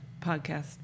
podcast